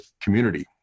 community